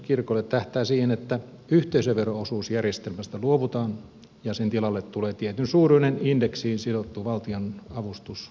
kirkolle tähtää siihen että yhteisövero osuusjärjestelmästä luovutaan ja sen tilalle tulee tietynsuuruinen indeksiin sidottu valtionavustus kirkolle